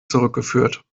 zurückgeführt